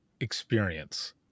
experience